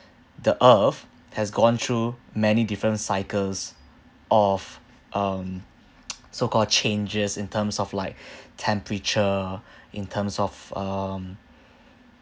the earth has gone through many different cycles of um so-called changes in terms of like temperature in terms of um